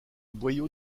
boyau